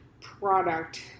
product